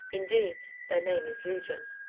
indeed, their name is legion.